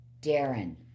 Darren